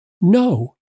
No